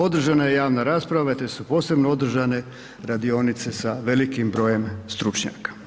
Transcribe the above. Održana je javna rasprava te su posebno održane radionice sa velikim brojem stručnjaka.